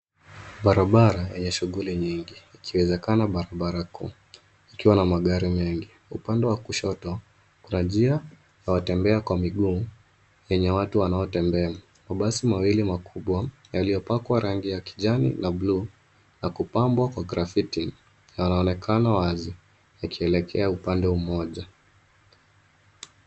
Barabara ya shughuli nyingi ikiwezekana barabara kuu ikiwa na magari mengi ,upande wa kushoto kuna njia ya watembea kwa miguu yenye watu wanaotembea. Mabasi mawili makubwa yaliyopakwa rangi ya kijani na bluu na kupambwa kwa grafiki yanaonekana wazi yakielekea upande mmoja.